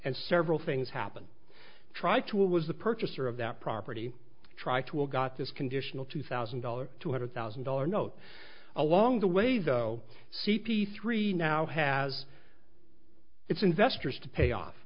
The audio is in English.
and several things happened try to it was the purchaser of that property try to will got this conditional two thousand dollars two hundred thousand dollars note along the way though c p three now has its investors to pay off